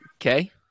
okay